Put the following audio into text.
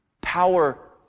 Power